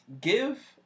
Give